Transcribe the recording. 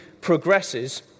progresses